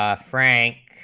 ah frank